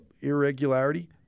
irregularity